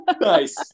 Nice